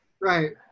Right